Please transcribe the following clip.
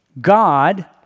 God